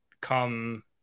come